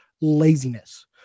laziness